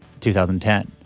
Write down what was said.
2010